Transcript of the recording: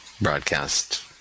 broadcast